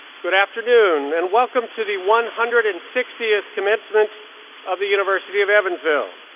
good afternoon and welcome to the one hundred and sixtieth commencement of the university of evansville.